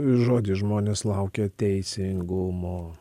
žodį žmonės laukia teisingumo